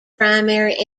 primary